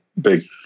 big